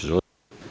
Izvolite.